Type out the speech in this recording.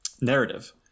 narrative